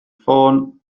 ffôn